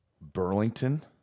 burlington